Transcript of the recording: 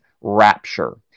rapture